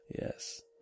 Yes